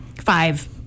five